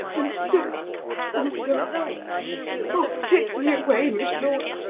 and so and so oh, take me away, miss lorne!